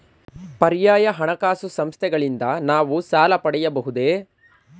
ಪರ್ಯಾಯ ಹಣಕಾಸು ಸಂಸ್ಥೆಗಳಿಂದ ನಾವು ಸಾಲ ಪಡೆಯಬಹುದೇ?